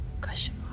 question